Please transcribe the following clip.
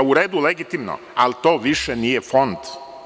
U redu je, to je legitimno, ali to više nije fond.